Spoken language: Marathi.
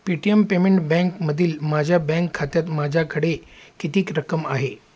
पेटीयम पेमेंट बँकमधील माझ्या बँक खात्यात माझ्याकडे किती रक्कम आहे